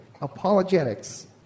Apologetics